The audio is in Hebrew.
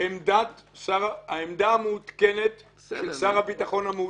העמדה המעודכנת של שר הביטחון המעודכן,